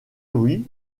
louis